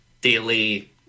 daily